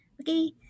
Okay